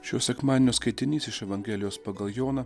šio sekmadienio skaitinys iš evangelijos pagal joną